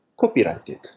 copyrighted